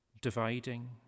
dividing